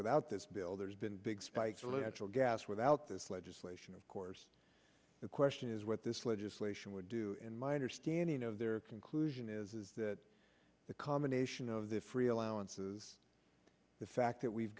without this bill there's been big spikes a little gas without this legislation of course the question is what this legislation would do in my understanding of their conclusion is that the combination of the free allowances the fact that we've